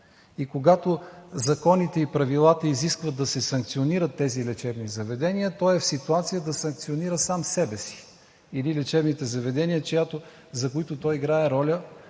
И когато законите и правилата изискват да се санкционират тези лечебни заведения, той е в ситуация да санкционира сам себе си или лечебните заведения, за които той играе роля